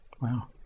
Wow